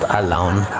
alone